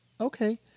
okay